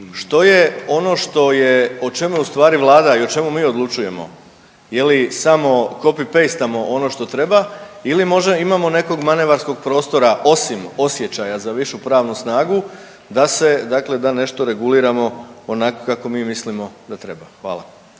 Što je ono što je o čemu je u stvari vlada i o čemu mi odlučujemo? Je li samo copy paste ono što treba ili možda imamo nekog manevarskog prostora osim osjećaja za višu pravnu snagu da se dakle da nešto reguliramo onako kako mi mislimo da treba. Hvala.